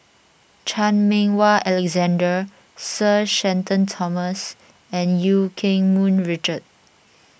Chan Meng Wah Alexander Sir Shenton Thomas and Eu Keng Mun Richard